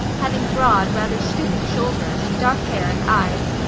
having broad, rather stooping shoulders, dark hair and eyes.